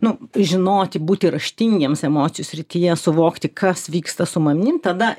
nu žinoti būti raštingiems emocijų srityje suvokti kas vyksta su manim tada